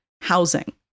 housing